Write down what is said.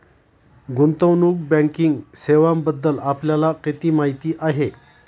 गुंतवणूक बँकिंग सेवांबद्दल आपल्याला किती माहिती आहे?